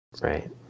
Right